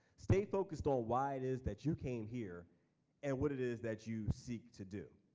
stay focused on why it is that you came here and what it is that you seek to do.